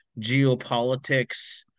Geopolitics